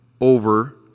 over